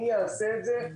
מי יעשה את זה?